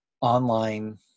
online